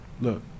look